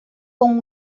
con